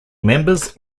members